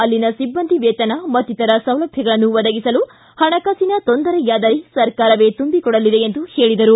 ಅಲ್ಲಿನ ಸಿಬ್ಬಂದಿ ವೇತನ ಮತ್ತಿತರ ಸೌಲಭ್ಯಗಳನ್ನು ಒದಗಿಸಲು ಪಣಕಾಸಿನ ತೊಂದರೆಯಾದರೆ ಸರ್ಕಾರವೇ ತುಂಬಿಕೊಡಲಿದೆ ಎಂದು ಹೇಳಿದರು